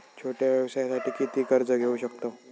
छोट्या व्यवसायासाठी किती कर्ज घेऊ शकतव?